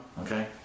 Okay